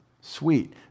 sweet